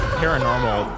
paranormal